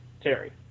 Terry